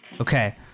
Okay